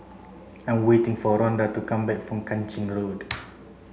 I'm waiting for Ronda to come back from Kang Ching Road